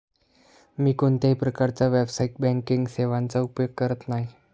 मी कोणत्याही प्रकारच्या व्यावसायिक बँकिंग सेवांचा उपयोग करत नाही